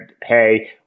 pay